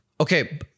Okay